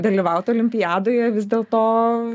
dalyvaut olimpiadoje vis dėlto